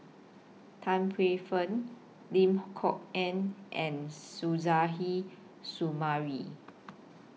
Tan Paey Fern Lim Kok Ann and Suzairhe Sumari